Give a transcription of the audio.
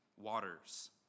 waters